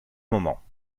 moment